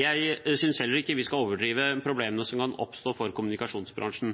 Jeg synes heller ikke vi skal overdrive problemene som kan oppstå for kommunikasjonsbransjen.